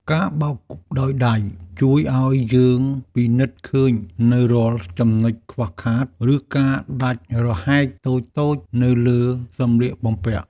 ការបោកដោយដៃជួយឱ្យយើងពិនិត្យឃើញនូវរាល់ចំណុចខ្វះខាត ឬការដាច់រហែកតូចៗនៅលើសម្លៀកបំពាក់។